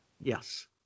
Yes